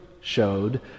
showed